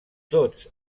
tots